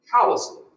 callously